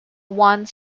one